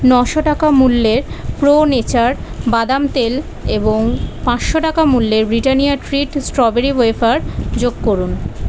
নশো টাকা মূল্যের প্রো নেচার বাদাম তেল এবং পাঁচশো টাকা মূল্যের ব্রিটানিয়া ট্রিট স্ট্রবেরি ওয়েফার যোগ করুন